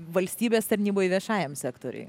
valstybės tarnyboj viešajam sektoriui